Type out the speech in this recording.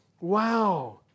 wow